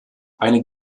eine